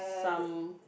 some